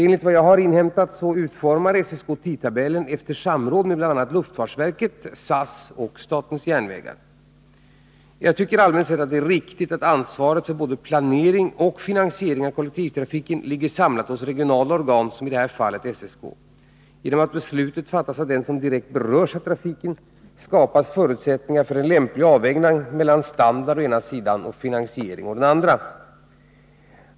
Enligt vad jag har inhämtat utformar SSK tidtabeller efter samråd med bl.a. luftfartsverket, SAS och SJ. Jag tycker allmänt sett att det är riktigt att ansvaret för både planering och finansiering av kollektivtrafiken ligger samlat hos regionala organ som i det här fallet SSK. Genom att beslutet fattas av den som direkt berörs av trafiken skapas förutsättningar för en lämplig avvägning mellan trafikstandard å ena sidan och finansiering å den andra.